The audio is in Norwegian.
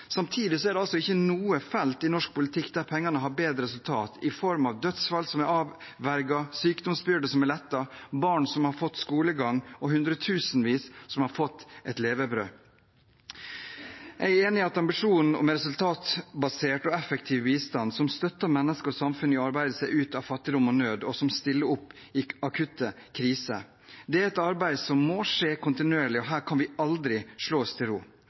Samtidig er det ikke noe felt i norsk politikk der pengene har bedre resultat i form av dødsfall som er avverget, sykdomsbyrde som er lettet, barn som har fått skolegang, og hundretusenvis som har fått et levebrød. Jeg er enig i ambisjonen om en resultatbasert og effektiv bistand, som støtter mennesker og samfunn i å arbeide seg ut av fattigdom og nød, og som stiller opp i akutte kriser. Det er et arbeid som må skje kontinuerlig, og her kan vi aldri slå oss til ro.